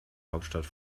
hauptstadt